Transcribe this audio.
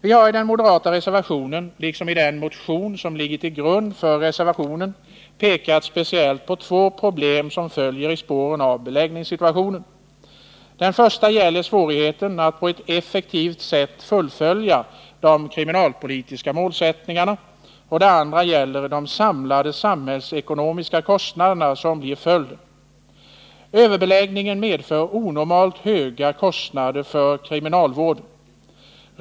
Vi har i den moderata reservationen 3, liksom i den motion som ligger till grund för den, pekat speciellt på två problem som följer i spåren av beläggningssituationen. Det första gäller svårigheten att på ett effektivt sätt fullfölja de kriminalpolitiska målsättningarna, det andra gäller de samlade samhällskostnader som blir följden. Överbeläggningen orsakar onormalt höga kostnader för kriminalvården.